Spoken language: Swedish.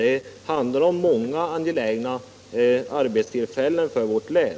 Det handlar om många angelägna arbetstillfällen för vårt län.